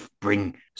bring